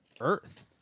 Earth